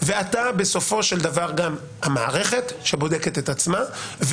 ואתה בסופו של דבר גם המערכת שבודקת את עצמה.